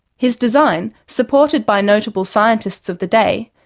his design, supported by notable scientists of the day,